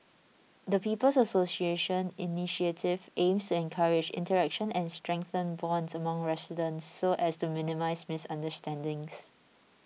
the People's Association initiative aims encourage interaction and strengthen bonds among residents so as to minimise misunderstandings